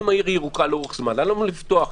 אם העיר ירוקה למה לא לפתוח?